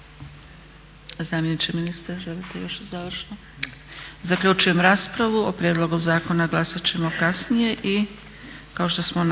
Zamjeniče želite još završno? Zaključujem raspravu. O prijedlogu zakona glasat ćemo kasnije. **Leko, Josip